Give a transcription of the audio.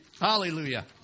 hallelujah